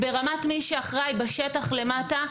ברמת מי שאחראי בשטח למטה,